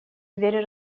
дверь